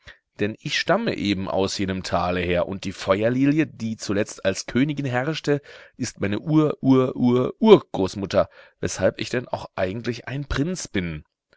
denn ich stamme eben aus jenem tale her und die feuerlilie die zuletzt als königin herrschte ist meine ur ur ur ur großmutter weshalb ich denn auch eigentlich ein prinz bin